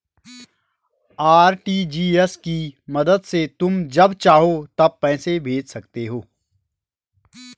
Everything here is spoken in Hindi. आर.टी.जी.एस की मदद से तुम जब चाहो तब पैसे भेज सकते हो